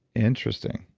interesting.